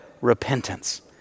repentance